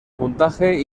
puntaje